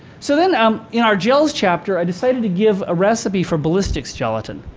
so then um in our gels chapter, i decided to give a recipe for ballistics gelatin.